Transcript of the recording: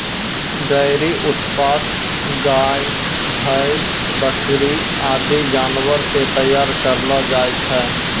dairy उत्पाद गाय, भैंस, बकरी आदि जानवर सें तैयार करलो जाय छै